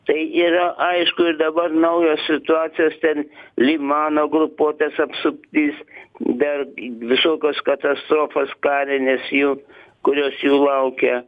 tai yra aišku ir dabar naujos situacijos ten limano grupuotės apsuptis dar visokios katastrofos karinės jų kurios jų laukia